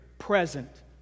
present